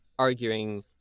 arguing